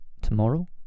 tomorrow